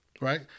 right